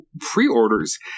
pre-orders